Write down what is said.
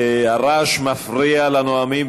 הרעש מפריע לנואמים,